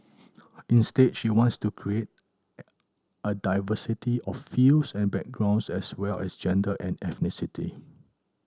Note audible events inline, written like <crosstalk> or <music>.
instead she wants to create <unintelligible> a diversity of fields and backgrounds as well as gender and ethnicity